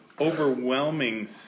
overwhelming